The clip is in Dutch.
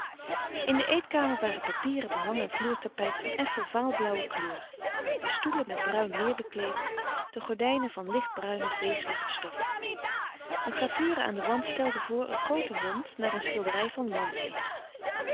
in de eetkamer waren papieren behang en vloertapijt van effen vaal blauwe kleur de stoelen met bruin leer bekleed de gordijnen van lichtbruine vezelige stof een gravure aan den wand stelde voor een grooten hond naar een schilderij van landseer